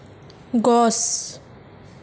গছ